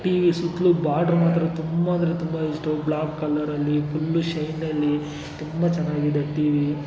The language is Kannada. ಟಿವಿ ಸುತ್ತಲೂ ಬಾಡ್ರು ಮಾತ್ರ ತುಂಬ ಅಂದರೆ ತುಂಬ ಇಷ್ಟು ಬ್ಲಾಕ್ ಕಲರಲ್ಲಿ ಫುಲ್ಲು ಶೈನಲ್ಲಿ ತುಂಬ ಚೆನ್ನಾಗಿದೆ ಟಿವಿ